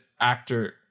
actor